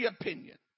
opinion